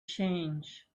change